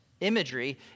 imagery